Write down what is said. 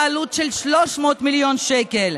בעלות של 300 מיליון שקל,